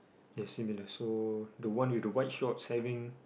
yes similar so the one with the white shorts having